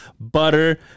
butter